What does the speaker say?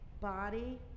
body